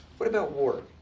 what about war?